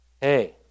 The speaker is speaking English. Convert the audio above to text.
Hey